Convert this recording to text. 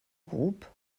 groupe